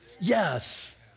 yes